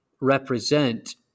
represent